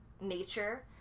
nature